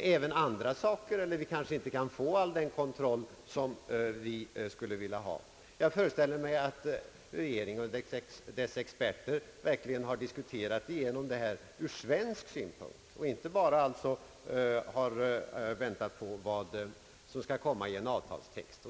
även om andra saker, liksom att vi kanske inte kan genomdriva all den kontroll som vi skulle vilja ha. Jag föreställer mig att regeringen och dess experter verkligen har diskuterat igenom dessa problem ur svensk synpunkt och inte bara väntat på vad som skall komma i en avtalstext.